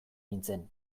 nintzen